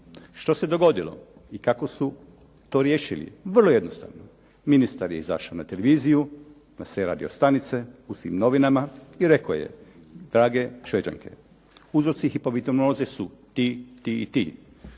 Što se dogodilo i kako su to riješili? Vrlo jednostavno. Ministar je izašao na televiziju, na sve radiostanice, u svim novinama i rekao je, drage Šveđanke, uzroci hipovitaminoze su ti, ti i ti.